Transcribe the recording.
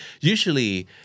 usually